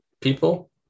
people